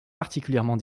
particulièrement